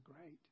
great